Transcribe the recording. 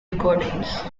recordings